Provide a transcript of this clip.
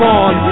on